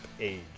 age